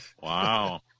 Wow